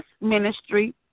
ministry